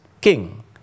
king